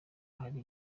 hari